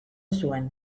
zuen